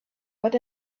but